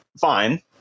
fine